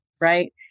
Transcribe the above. right